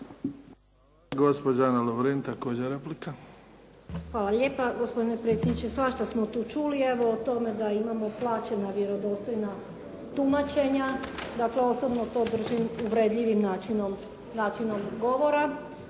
Hvala. Gospođa Ana Lovrin, također replika. **Lovrin, Ana (HDZ)** Hvala lijepa, gospodine predsjedniče. Svašta smo tu čuli i evo o tome da imamo plaćena vjerodostojna tumačenja. Dakle, osobno to držim uvredljivim načinom govora.